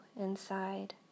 inside